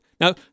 Now